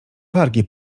wargi